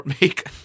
make